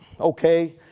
okay